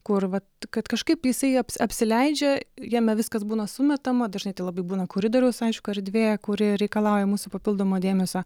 kur vat kad kažkaip jisai apsileidžia jame viskas būna sumetama dažnai tai labai būna koridoriaus aišku erdvė kuri reikalauja mūsų papildomo dėmesio